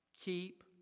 Keep